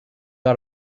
got